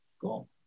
Cool